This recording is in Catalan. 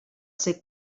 ser